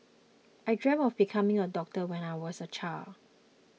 I dreamt of becoming a doctor when I was a child